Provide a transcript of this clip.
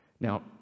Now